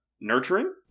nurturing